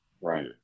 right